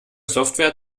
software